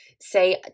say